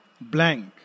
blank